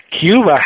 Cuba